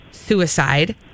suicide